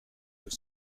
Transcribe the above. deux